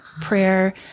prayer